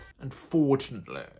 unfortunately